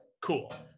cool